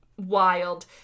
wild